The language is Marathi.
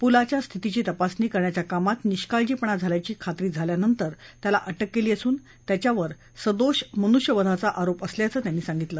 पुलाच्या स्थितीची तपासणी करण्याच्या कामात निष्काळजीपणा झाल्याची खात्री झाल्यानंतर त्याला अटक केली असून त्याच्यावर सदोष मनुष्यवधाचा आरोप असल्याचं त्यांनी सांगितलं